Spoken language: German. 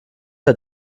der